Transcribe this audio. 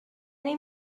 این